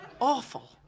awful